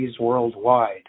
worldwide